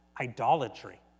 idolatry